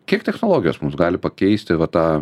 kiek technologijos mus gali pakeisti va tą